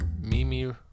Mimi